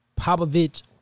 Popovich